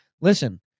Listen